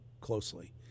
closely